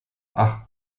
ach